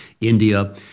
India